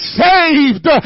saved